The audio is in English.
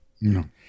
No